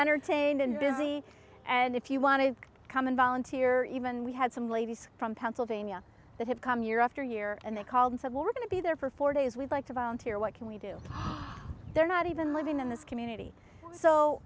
entertained and busy and if you want to come and volunteer even we had some ladies from pennsylvania that have come year after year and they called and said we're going to be there for four days we'd like to volunteer what can we do they're not even living in this community so